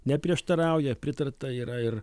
neprieštarauja pritarta yra ir